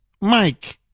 Mike